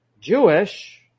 Jewish